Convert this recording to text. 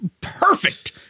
perfect